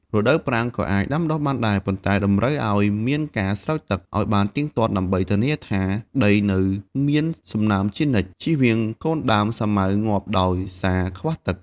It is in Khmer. រដូវប្រាំង ក៏អាចដាំបានដែរ ប៉ុន្តែតម្រូវឲ្យមានការស្រោចទឹកឲ្យបានទៀងទាត់ដើម្បីធានាថាដីនៅមានសំណើមជានិច្ច ជៀសវាងកូនដើមសាវម៉ាវងាប់ដោយសារខ្វះទឹក។